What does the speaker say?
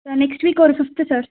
next வீக்கு வர fifth sir